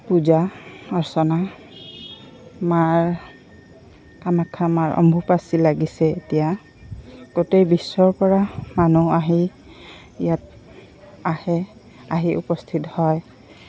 পূজা অৰ্চনা মাৰ কামাখ্যা মাৰ অম্বুবাচী লাগিছে এতিয়া গোটেই বিশ্বৰপৰা মানুহ আহি ইয়াত আহে আহি উপস্থিত হয়